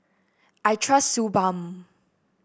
I trust Suu Balm